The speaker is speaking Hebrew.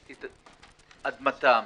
את אדמתם,